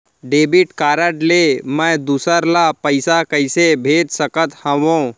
Debit card ले मैं दूसर ला पइसा कइसे भेज सकत हओं?